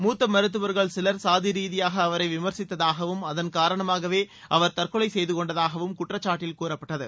மூத்த மருத்துவர்கள் சிவர் சாதி ரீதியாக அவரை விமர்சித்ததாகவும் அதள் காரணமாகவே அவர் தற்கொலை செய்து கொண்டதாகவும் குற்றச்சாட்டில் கூறப்பட்டது